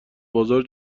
بازار